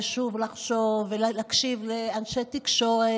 ושוב לחשוב ולהקשיב לאנשי תקשורת,